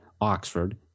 Oxford